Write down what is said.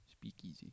Speakeasy